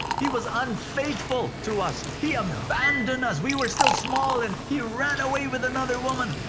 he was unfaithful to us. he abandoned us. we were still small and he ran away with another woman.